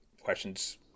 questions